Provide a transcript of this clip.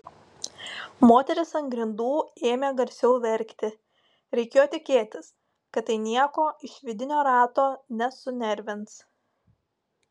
moteris ant grindų ėmė garsiau verkti reikėjo tikėtis kad tai nieko iš vidinio rato nesunervins